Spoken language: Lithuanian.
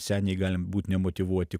seniai galim būt nemotyvuoti